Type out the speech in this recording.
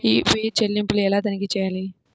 UPI చెల్లింపులు ఎలా తనిఖీ చేయాలి?